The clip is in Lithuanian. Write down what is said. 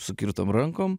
sukirtom rankom